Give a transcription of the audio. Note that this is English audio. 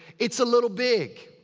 it's a little big.